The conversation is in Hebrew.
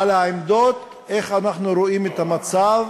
על העמדות איך אנחנו רואים את המצב